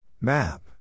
Map